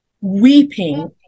weeping